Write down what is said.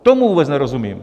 Tomu vůbec nerozumím.